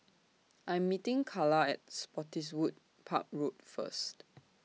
I Am meeting Kala At Spottiswoode Park Road First